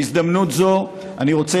בהזדמנות זו אני רוצה,